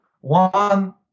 One